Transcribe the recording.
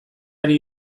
ari